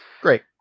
Great